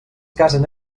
casen